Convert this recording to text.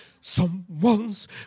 Someone's